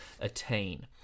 attain